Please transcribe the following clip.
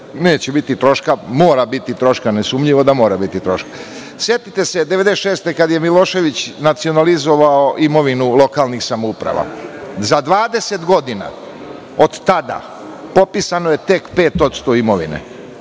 neće biti troška. Mora biti troška. Nesumnjivo je da mora biti troška. Setite se 1996. godine kada je Milošević nacionalizovao imovinu lokalnih samouprava. Za 20 godina od tada popisano je tek 5% imovine,